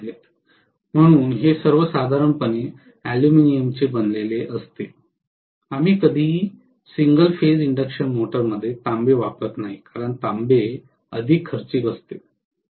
म्हणूनच हे सर्व साधारणपणे अॅल्युमिनियमचे बनलेले असते आम्ही कधीही सिंगल फेज इंडक्शन मोटरमध्ये तांबे वापरत नाही कारण तांबे अधिक खर्चिक असतो